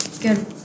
good